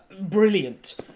brilliant